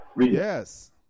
Yes